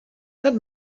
that